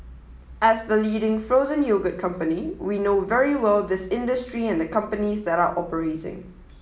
as the leading frozen yogurt company we know very well this industry and the companies that are operating